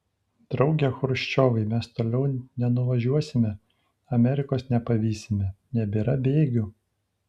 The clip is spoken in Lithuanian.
drauge chruščiovai mes toliau nenuvažiuosime amerikos nepavysime nebėra bėgių